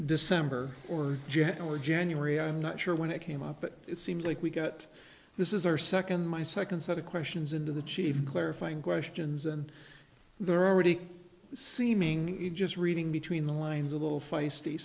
december or january january i'm not sure when it came up but it seems like we got this is our second my second set of questions into the chief clarifying questions and they're already seeming just reading between the lines a little feisty